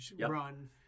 run